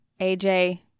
AJ